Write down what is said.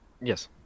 Yes